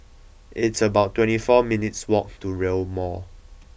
it's about twenty four minutes' walk to Rail Mall